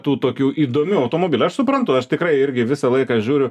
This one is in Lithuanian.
tų tokių įdomių automobilių aš suprantu aš tikrai irgi visą laiką žiūriu